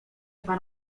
pan